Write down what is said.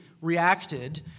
reacted